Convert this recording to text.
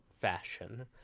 fashion